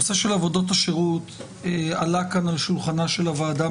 שעובדי שירות שנושאים מאסר של עבודת שירות של עד שישה חודשים,